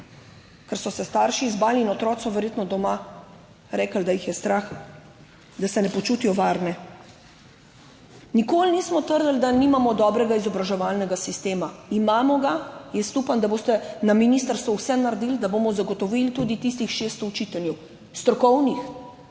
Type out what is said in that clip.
ker so se starši zbali in otroci so verjetno doma rekli, da jih je strah, da se ne počutijo varne. Nikoli nismo trdili, da nimamo dobrega izobraževalnega sistema. Imamo ga. Jaz upam, da boste na ministrstvu vse naredili, da bomo zagotovili tudi tistih 600 učiteljev, strokovnih